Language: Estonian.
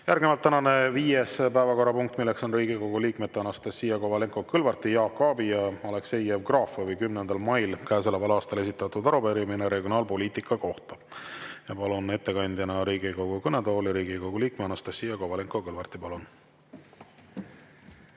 Järgnevalt tänane viies päevakorrapunkt, milleks on Riigikogu liikmete Anastassia Kovalenko-Kõlvarti, Jaak Aabi ja Aleksei Jevgrafovi 10. mail käesoleval aastal esitatud arupärimine regionaalpoliitika kohta. Palun ettekandjana Riigikogu kõnetooli Riigikogu liikme Anastassia Kovalenko-Kõlvarti. Palun!